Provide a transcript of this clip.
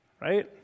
right